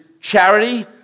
charity